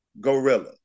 Gorilla